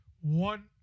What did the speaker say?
One